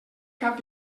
cap